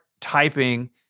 typing